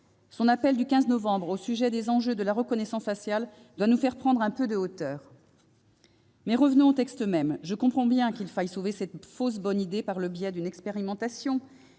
Son appel du 15 novembre sur les enjeux de la reconnaissance faciale doit nous faire prendre un peu de hauteur. Revenons au texte lui-même. Je comprends bien qu'il faille sauver cette fausse bonne idée par le biais d'une expérimentation,